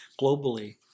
globally